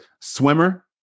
swimmer